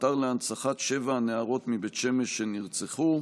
האתר להנצחת שבע הנערות מבית שמש שנרצחו.